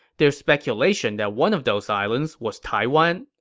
there's speculation that one of those islands was taiwan.